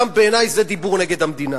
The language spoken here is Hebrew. בעיני גם זה דיבור נגד המדינה.